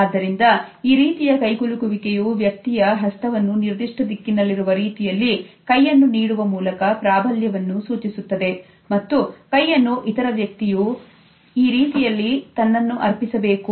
ಆದ್ದರಿಂದ ಈ ರೀತಿಯ ಕೈಕುಲುಕುವಿಕೆಯು ವ್ಯಕ್ತಿಯ ಹಸ್ತವನ್ನು ನಿರ್ದಿಷ್ಟ ದಿಕ್ಕಿನಲ್ಲಿರುವ ರೀತಿಯಲ್ಲಿ ಕೈಯನ್ನು ನೀಡುವ ಮೂಲಕ ಪ್ರಾಬಲ್ಯವನ್ನು ಸೂಚಿಸುತ್ತದೆ ಮತ್ತು ಕೈಯನ್ನು ಇತರ ವ್ಯಕ್ತಿಯು ರೀತಿಯಲ್ಲಿ ತನ್ನನ್ನು ಅರ್ಪಿಸಬೇಕು